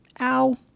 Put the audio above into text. Ow